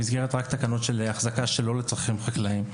במסגרת של תקנות של החזקה שלא לצרכים חקלאיים.